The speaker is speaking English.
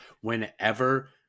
whenever